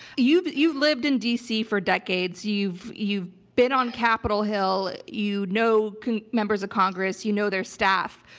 you've you've lived in d. c. for decades, you've you've been on capitol hill, you know members of congress, you know their staff.